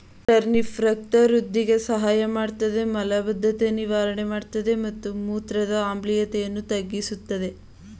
turnip ರಕ್ತ ವೃಧಿಗೆ ಸಹಾಯಮಾಡ್ತದೆ ಮಲಬದ್ಧತೆ ನಿವಾರಣೆ ಮಾಡ್ತದೆ ಮತ್ತು ಮೂತ್ರದ ಆಮ್ಲೀಯತೆಯನ್ನು ತಗ್ಗಿಸ್ತದೆ